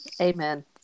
Amen